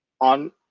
on